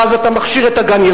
ואז אתה מכשיר את גן-הילדים,